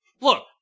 Look